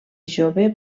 jove